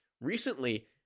Recently